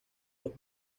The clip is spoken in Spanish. los